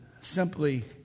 simply